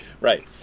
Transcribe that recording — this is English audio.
right